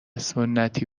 سنتی